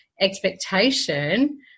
expectation